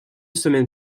semaine